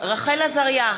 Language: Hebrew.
רחל עזריה,